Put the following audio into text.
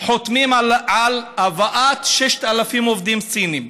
חותמים על הבאת 6,000 עובדים סינים.